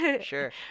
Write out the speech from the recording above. Sure